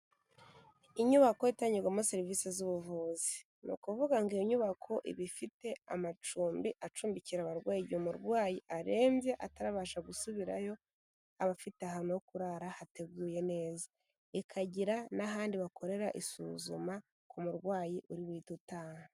Inyubako itangirwamo serivisi z'ubuvuzi ni ukuvuga ngo iyo nyubako iba ifite amacumbi acumbikira abarwayi, igihe umurwayi arembye atarabasha gusubirayo, aba afite ahantu ho kurara hateguye neza, ikagira n'ahandi bakorera isuzuma ku murwayi uri buhite utaha.